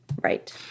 right